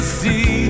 see